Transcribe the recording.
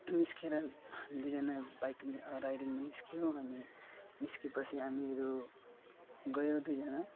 निस्किएर हामी दुईजना बाइक राइडिङमा निस्क्यौँ अनि निस्किएपछि हामीहरू गयो दुईजना